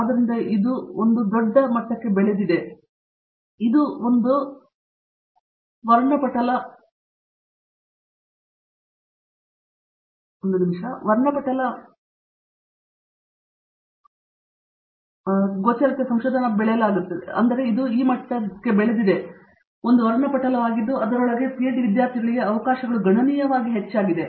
ಆದ್ದರಿಂದ ಇದು ಒಂದು ದೊಡ್ಡ ಮಟ್ಟಕ್ಕೆ ಬೆಳೆದಿದೆ ಇದು ಒಂದು ವರ್ಣಪಟಲವಾಗಿದ್ದು ಅದರೊಳಗೆ ಪಿಎಚ್ಡಿ ವಿದ್ಯಾರ್ಥಿಗಳಿಗೆ ಅವಕಾಶಗಳು ಗಣನೀಯವಾಗಿ ಹೆಚ್ಚಾಗಿದೆ